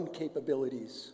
capabilities